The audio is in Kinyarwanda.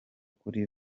kuri